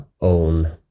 own